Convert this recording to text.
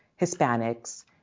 Hispanics